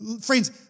Friends